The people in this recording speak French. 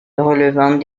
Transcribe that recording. relevant